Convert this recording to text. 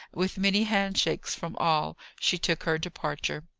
with many hand-shakes from all, she took her departure.